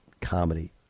comedy